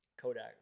Kodak